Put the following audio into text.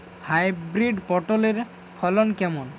Hybrid পটলের ফলন কেমন?